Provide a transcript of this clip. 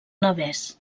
navès